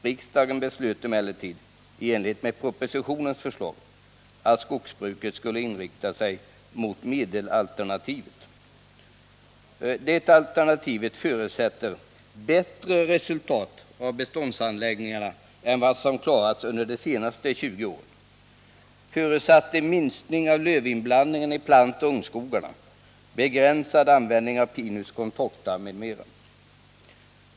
Riksdagen beslöt emellertid — i enlighet med propositionens förslag — att skogsbruket skulle inrikta sig mot medelalternativet. Det alternativet förutsätter bättre resultat av beståndsanläggningarna än vad som klarats under de senaste 20 åren. Det förutsätter minskning av lövinblandningen i plantoch ungskogarna, begränsad användning av Pinus contorta, m.m.